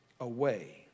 away